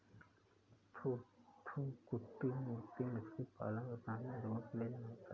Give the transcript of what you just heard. थूथूकुड़ी मोती मछली पालन तथा अन्य उद्योगों के लिए जाना जाता है